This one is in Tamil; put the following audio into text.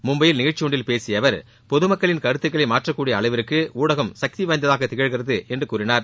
மும்பையில் நிகழ்ச்சியொன்றில் பேசிய அவர் பொதுமக்களின் கருத்துக்களை மாற்றக்கூடிய அளவிற்கு ஊடகம் சக்தி வாய்ந்ததாக திகழ்கிறது என்று கூறினார்